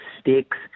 Sticks